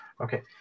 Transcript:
Okay